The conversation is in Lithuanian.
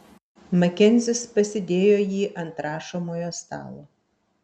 makenzis pasidėjo jį ant rašomojo stalo